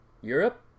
Europe